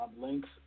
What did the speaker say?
links